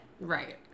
right